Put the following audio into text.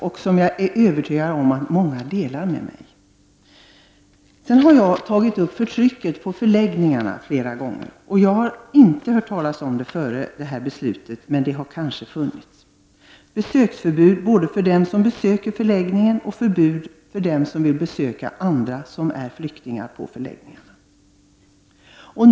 och jag är övertygad om att många delar min uppfattning. Jag har flera gånger tagit upp förtrycket på förläggningarna. Innan det ifrågavarande beslutet fattades hade jag inte hört talas om något förtryck, men det har kanske förekommit. Det råder nu besöksförbud både för den som besöker förläggningen och för den som vill besöka andra som är flyktingar på förläggningarna.